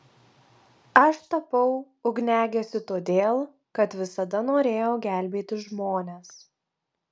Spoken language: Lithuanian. aš tapau ugniagesiu todėl kad visada norėjau gelbėti žmones